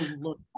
look